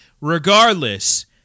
Regardless